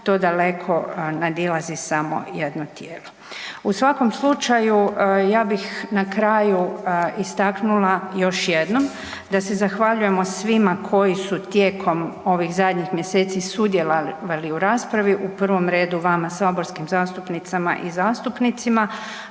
to daleko nadilazi samo jedno tijelo. U svakom slučaju ja bih na kraju istaknula još jednom da se zahvaljujemo svima koji su tijekom ovih zadnjih mjeseci sudjelovali u raspravi u prvom redu vama saborskim zastupnicama i zastupnicima,